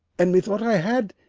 and methought i had,